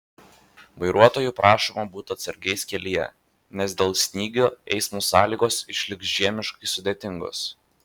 vairuotojų prašoma būti atsargiais kelyje nes dėl snygio eismo sąlygos išliks žiemiškai sudėtingos